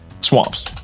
swamps